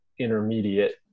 intermediate